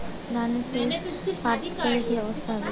ধানের শিষ কাটতে দেখালে কি ব্যবস্থা নেব?